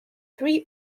three